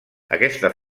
aquesta